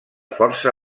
força